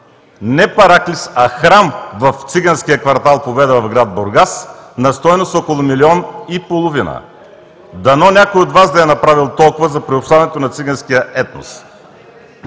не параклис, а храм в циганския квартал „Победа“ в град Бургас на стойност около 1,5 милиона. Дано някой от Вас да е направил толкова за приобщаването на циганския етнос.